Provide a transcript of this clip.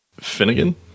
Finnegan